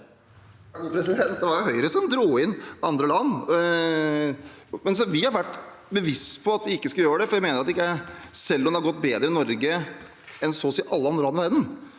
det var jo Høyre som dro inn andre land. Vi har vært bevisste på at vi ikke skal gjøre det, for selv om det har gått bedre i Norge enn i så å si alle andre land i verden,